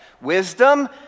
Wisdom